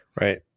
Right